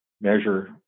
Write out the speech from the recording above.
measure